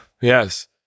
Yes